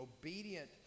obedient